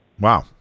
Wow